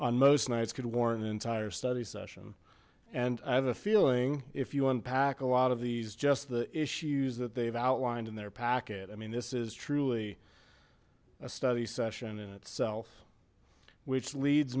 on most nights could warrant an entire study session and i have a feeling if you unpack a lot of these just the issues that they've outlined in their packet i mean this is truly a study session in itself which leads